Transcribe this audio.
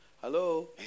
Hello